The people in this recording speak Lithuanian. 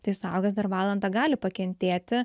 tai suaugęs dar valandą gali pakentėti